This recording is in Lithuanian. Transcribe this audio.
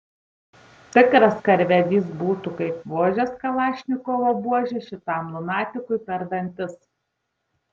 tikras karvedys būtų kaip vožęs kalašnikovo buože šitam lunatikui per dantis